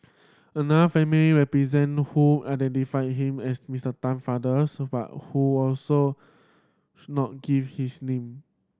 another family represent who identified him as Mister Tan father so but who also should not give his name